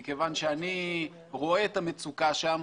מכיוון שאני רואה את המצוקה שם,